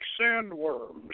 sandworms